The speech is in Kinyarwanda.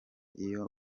iyo